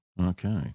Okay